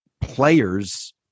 players